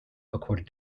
according